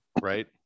Right